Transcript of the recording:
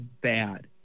bad